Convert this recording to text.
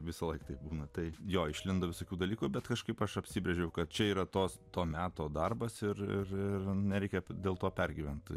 visoje taip būna taip jo išlindo visokių dalykų bet kažkaip aš apsibrėžiau kad čia yra tos to meto darbas ir nereikia dėl to pergyventi